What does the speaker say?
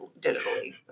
digitally